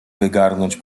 wygarnąć